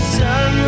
sun